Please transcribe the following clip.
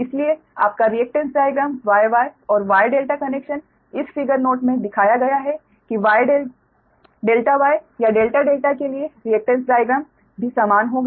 इसलिए आपका reactance diagram Y Y और Y ∆ कनेक्शन इस फिगर नोट में दिखाया गया है कि ∆ Y या ∆∆ के लिए रिएक्टेन्स डायग्राम भी समान होगा